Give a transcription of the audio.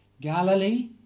Galilee